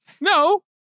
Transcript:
no